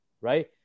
right